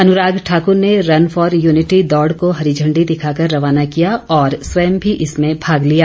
अनुराग ठाकुर ने run for unity दौड़ को हरी इांडी दिखाकर रवाना किया और स्वयं भी इसमें भाग लिया